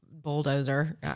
bulldozer